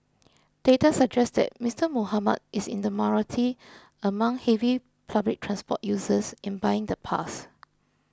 data suggest that Mister Muhammad is in the minority among heavy public transport users in buying the pass